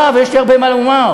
יש לי הרבה מה לומר.